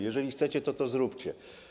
Jeżeli chcecie, to to zróbcie.